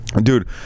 Dude